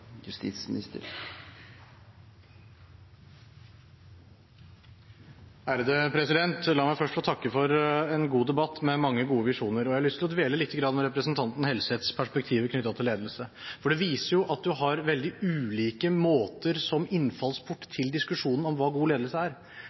La meg først få takke for en god debatt med mange gode visjoner. Jeg har lyst til å dvele litt ved representanten Helseths perspektiver knyttet til ledelse, for det viser at man har veldig ulik innfallsport til diskusjonen om hva god ledelse er.